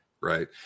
Right